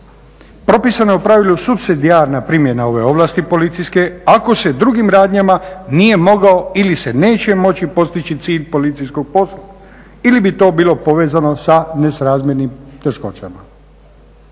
Propisana je u pravilu supsidijarna primjena ovlasti policijske ako se drugim radnjama nije mogao ili se neće moći postići cilj policijskog posla ili bi to bilo povezano sa nerazmjernim teškoćama.